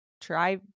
try